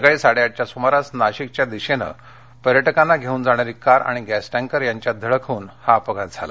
सकाळी साडेआठघ्या सुमारास नाशिकघ्या दिशेनं पर्यटकांना घेऊन जाणारी कार आणि गॅस टँकर यांच्यात धडक होऊन हा अपघात झाला